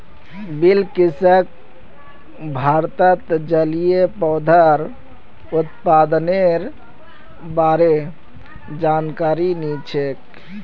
बिलकिसक भारतत जलिय पौधार उत्पादनेर बा र जानकारी नी छेक